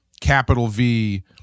capital-V